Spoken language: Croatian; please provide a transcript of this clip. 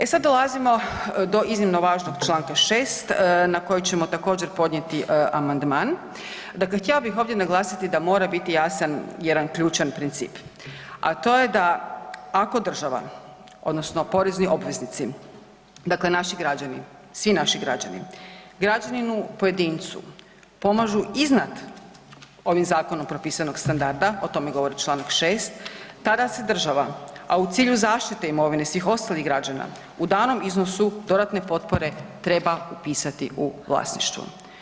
E sad dolazimo do iznimno važnog čl. 6. na koji ćemo također podnijeti amandman, dakle htjela bih ovdje naglasiti da mora biti jasan jedan ključan princip, a to je da ako država odnosno porezni obveznici, dakle naši građani svi naši građani, građaninu pojedincu pomažu iznad ovim zakonom propisanog standarda, o tome govori čl. 6. tada se država, a u cilju zaštite imovine svih ostalih građana u danom iznosu dodatne potpore treba upisati u vlasništvo.